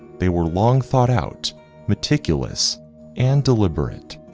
they were long thought out meticulous and deliberate,